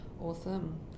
Awesome